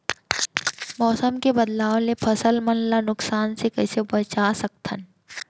मौसम के बदलाव ले फसल मन ला नुकसान से कइसे बचा सकथन?